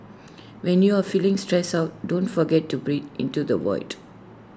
when you are feeling stressed out don't forget to breathe into the void